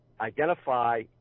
identify